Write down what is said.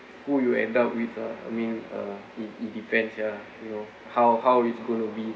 who you end up with uh I mean uh it it depends ya you know how how it's going to be